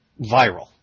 viral